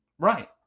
Right